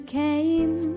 came